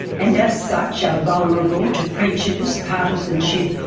and as such, are vulnerable to prejudice, partisanship,